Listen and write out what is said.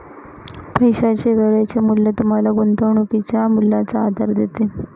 पैशाचे वेळेचे मूल्य तुम्हाला गुंतवणुकीच्या मूल्याचा आधार देते